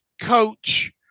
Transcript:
coach